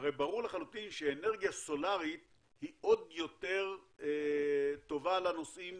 הרי ברור לחלוטין שאנרגיה סולרית היא עוד יותר טובה לנושאים